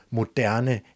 moderne